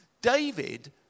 David